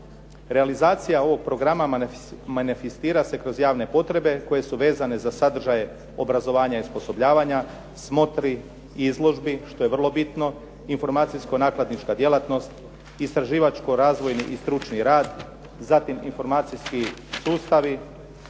Realizacija ovog programa manifestira se kroz javne potrebe koje su vezane za sadržaje obrazovanja i osposobljavanja, smotri, izložbi, što je vrlo bitno, informacijsko-nakladnička djelatnost, istraživačko-razvojni i stručni rad, zatim informacijski sustavi,